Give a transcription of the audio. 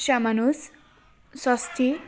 Shyamanuj Swasti